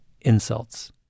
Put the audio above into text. insults